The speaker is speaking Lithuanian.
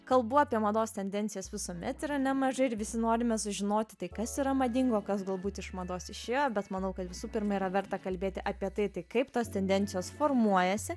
kalbu apie mados tendencijas visuomet yra nemažai ir visi norime sužinoti tai kas yra madinga o kas galbūt iš mados išėjo bet manau kad visų pirma yra verta kalbėti apie tai tai kaip tos tendencijos formuojasi